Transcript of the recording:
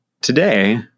today